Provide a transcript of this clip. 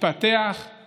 התפתחו